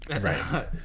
Right